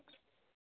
ఒకా